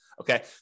Okay